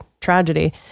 tragedy